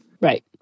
Right